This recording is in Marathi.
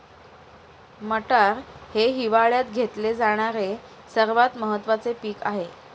मटार हे हिवाळयात घेतले जाणारे सर्वात महत्त्वाचे पीक आहे